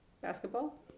basketball